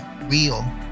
real